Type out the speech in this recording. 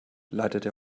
leitete